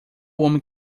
homem